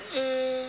mm